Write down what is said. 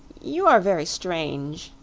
you are very strange,